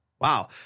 Wow